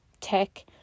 tech